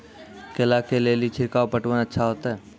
केला के ले ली छिड़काव पटवन अच्छा होते?